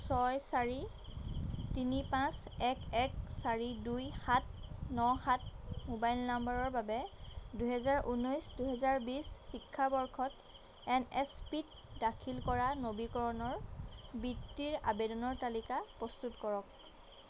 ছয় চাৰি তিনি পাঁচ এক এক চাৰি দুই সাত ন সাত মোবাইল নম্বৰৰ বাবে দুহেজাৰ ঊনৈছ দুহেজাৰ বিছ শিক্ষাবৰ্ষত এন এছ পিত দাখিল কৰা নবীকৰণৰ বৃত্তিৰ আবেদনৰ তালিকা প্ৰস্তুত কৰক